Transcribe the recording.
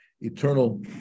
eternal